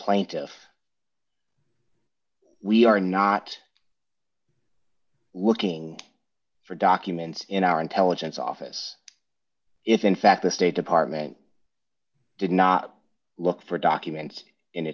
plaintiffs we are not looking for documents in our intelligence office if in fact the state department did not look for documents